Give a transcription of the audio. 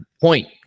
point